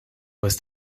was